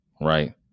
right